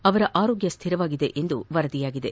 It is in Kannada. ಅವರ ಆರೋಗ್ಲ ಸ್ವಿರವಾಗಿದೆ ಎಂದು ವರದಿಯಾಗಿದೆ